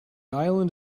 island